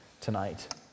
tonight